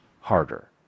harder